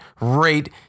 rate